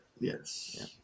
yes